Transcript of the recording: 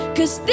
Cause